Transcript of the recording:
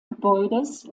gebäudes